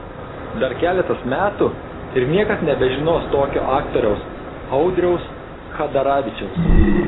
dar keletas metų ir niekas nebežinos tokio aktoriaus audriaus chadaravičiaus